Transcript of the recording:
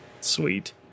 Sweet